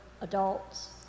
adults